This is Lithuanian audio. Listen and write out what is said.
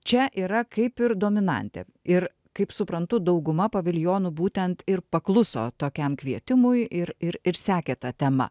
čia yra kaip ir dominantė ir kaip suprantu dauguma paviljonų būtent ir pakluso tokiam kvietimui ir ir ir sekė ta tema